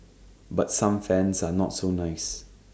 but some fans are not so nice